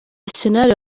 arsenal